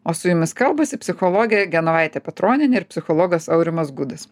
o su jumis kalbasi psichologė genovaitė petronienė ir psichologas aurimas gudas